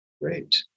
Great